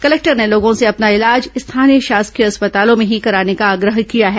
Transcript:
collector ने लोगों से अपना इलाज स्थानीय शासकीय अस्पतालों में ही कराने का आग्रह किया है